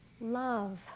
love